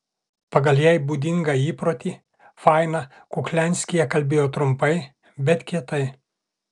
pagal jai būdingą įprotį faina kuklianskyje kalbėjo trumpai bet kietai